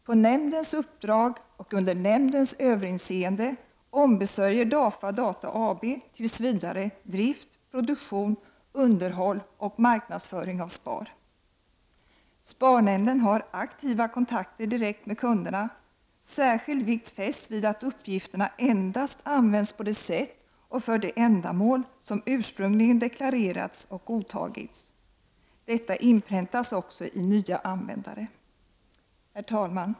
På den nämndens uppdrag och under nämndens överinseende ombesörjer DAFA Data AB tills vidare drift, produktion, underhåll och marknadsföring av SPAR. SPAR-nämnden har aktiva kontakter direkt med kunderna. Särskild vikt fästs vid att uppgifterna endast används på det sätt och för de ändamål som ursprungligen deklarerats och godtagits. Detta inpräntas också i nya användare.